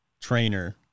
trainer